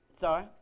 Sorry